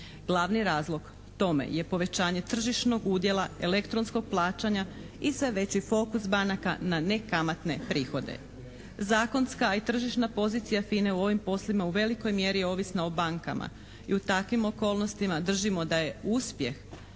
Glavni razlog tome je povećanje tržišnog udjela elektronskog plaćanja i sve veći fokus banaka na nekamatne prihode. Zakonska i tržišna pozicija FINA-e je u ovim poslovima u velikoj mjeri ovisna o bankama i u takvim okolnostima držimo da je uspjeh